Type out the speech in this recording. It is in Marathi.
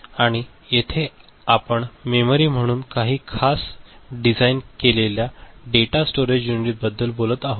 आणि येथे आम्ही मेमरी म्हणून काही खास डिझाइन केलेल्या डेटा स्टोरेज युनिट्सबद्दल बोलत आहोत